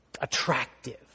attractive